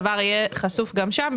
הדבר יהיה חשוף גם שם,